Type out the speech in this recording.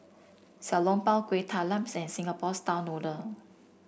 Xiao Long Bao Kueh Talams and Singapore style noodle